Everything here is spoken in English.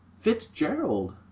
Fitzgerald